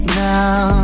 now